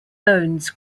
bones